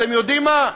אתם יודעים מה,